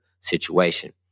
situation